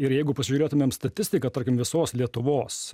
ir jeigu pažiūrėtumėm statistiką tarkim visos lietuvos